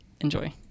Enjoy